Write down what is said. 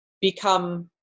become